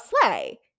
sleigh